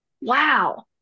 Wow